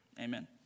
Amen